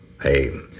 Hey